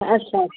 अच्छा अच्छा